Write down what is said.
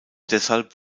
deshalb